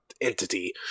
entity